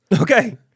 Okay